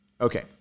Okay